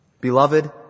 Beloved